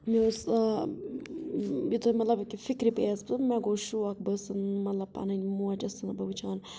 مےٚ ٲس آ یہِ تۅہہِ مَطلَب فِکرِ پییَس تہٕ مےٚ گوٚو شوق بہٕ اوسُس مطلَب پَنٕنہِ موج ٲسسَن بہٕ وُچھان